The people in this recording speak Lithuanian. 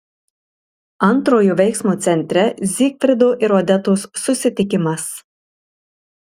antrojo veiksmo centre zygfrido ir odetos susitikimas